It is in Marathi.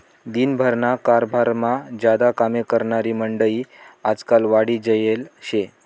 दिन भरना कारभारमा ज्यादा कामे करनारी मंडयी आजकाल वाढी जायेल शे